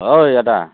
ओइ आदा